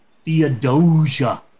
Theodosia